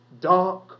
dark